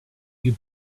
you